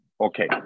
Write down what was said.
Okay